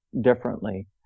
Differently